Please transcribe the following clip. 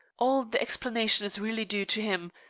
all the explanation is really due to him,